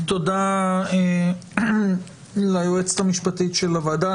תודה ליועצת המשפטית של הוועדה.